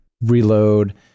reload